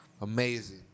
Amazing